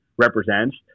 Represents